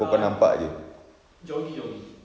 ah jogging jogging